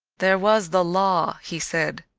there was the law, he said.